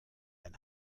ein